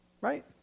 right